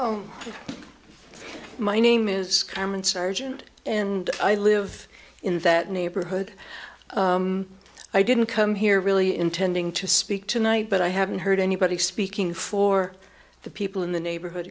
think my name is carmen sargent and i live in that neighborhood i didn't come here really intending to speak tonight but i haven't heard anybody speaking for the people in the neighborhood